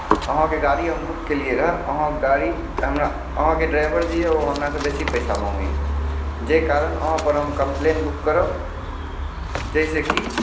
अहाँकेँ गाड़ी हम बुक केलियै रह अहाँ गाड़ी हमरा अहाँकेँ ड्राइवर जे यऽ ओ हमरा से बेसी पैसा मङ्गैए जेहि कारण अहाँ पर हम कम्प्लेन बुक करब जाहिसँ कि